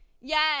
Yes